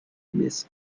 miss